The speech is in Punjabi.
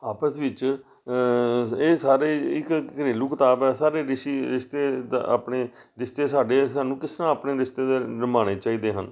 ਆਪਸ ਵਿੱਚ ਇਹ ਸਾਰੇ ਇੱਕ ਘਰੇਲੂ ਕਿਤਾਬ ਹੈ ਸਾਰੇ ਰਿਸ਼ੀ ਰਿਸ਼ਤੇ ਦਾ ਆਪਣੇ ਰਿਸ਼ਤੇ ਸਾਡੇ ਸਾਨੂੰ ਕਿਸ ਤਰ੍ਹਾਂ ਆਪਣੇ ਰਿਸ਼ਤੇ ਨਿਭਾਉਣੇ ਚਾਹੀਦੇ ਹਨ